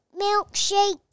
milkshake